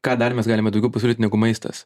ką dar mes galime daugiau pasiūlyt negu maistas